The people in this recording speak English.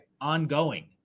ongoing